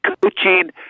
coaching